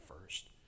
first